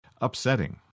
upsetting